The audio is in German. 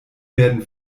werden